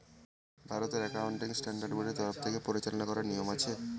ভারতের accounting standard বোর্ডের তরফ থেকে পরিচালনা করার নিয়ম আছে